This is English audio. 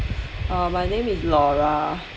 uh my name is laura